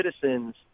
citizens